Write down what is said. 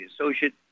associate